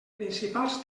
principals